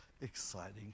exciting